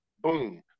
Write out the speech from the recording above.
boom